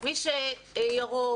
מי שירוק,